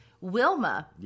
Wilma